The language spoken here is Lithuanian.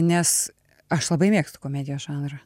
nes aš labai mėgstu komedijos žanrą